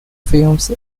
films